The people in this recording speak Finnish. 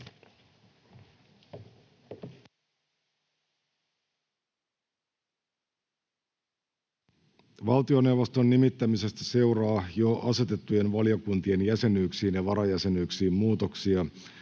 Valtioneuvoston nimittämisestä seuraa jo asetettujen valiokuntien jäsenyyksiin ja varajäsenyyksiin muutoksia,